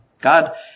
God